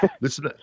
listen